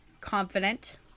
confident